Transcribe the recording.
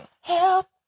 Help